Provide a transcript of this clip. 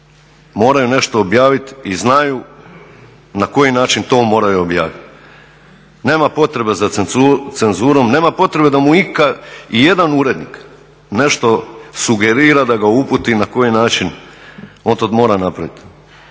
moraju nešto objaviti i znaju na koji način to moraju objaviti. Nema potrebe za cenzurom, nema potrebe da mu ikad ijedan urednik nešto sugerira, da ga uputi na koji način on to mora napraviti.